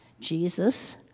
Jesus